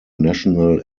national